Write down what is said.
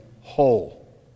whole